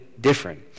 different